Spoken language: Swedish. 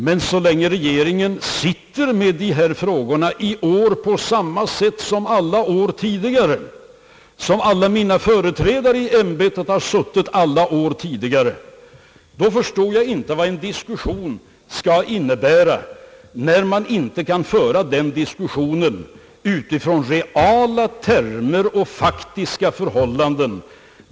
Men så länge regeringen arbetar med dessa frågor — i år på samma sätt som alla tidigare år, och som alla mina företrädare i ämbetet har arbetat — förstår jag inte vad en diskussion skulle innebära, eftersom den diskussionen inte kan föras med utgångspunkt från reala termer och faktiska förhållanden.